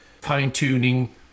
fine-tuning